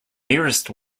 nearest